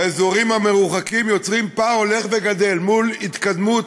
באזורים המרוחקים יוצרים פער הולך וגדל מול התקדמות,